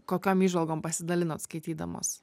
kokiom įžvalgom pasidalinot skaitydamos